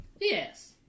Yes